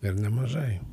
ir nemažai